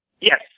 Yes